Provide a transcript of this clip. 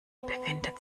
befindet